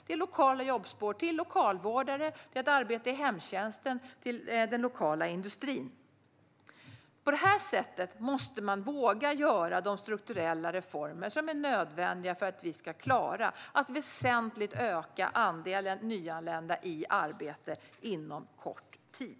Det är lokala jobbspår till lokalvårdare, till arbete i hemtjänsten och i den lokala industrin. På det här sättet måste man våga göra de strukturella reformer som är nödvändiga för att vi ska klara att väsentligt öka andelen nyanlända i arbete inom kort tid.